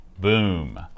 Boom